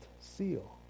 seal